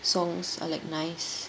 songs are like nice